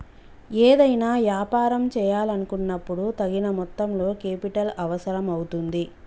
ఏదైనా యాపారం చేయాలనుకున్నపుడు తగిన మొత్తంలో కేపిటల్ అవసరం అవుతుంది